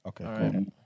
Okay